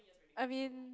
I mean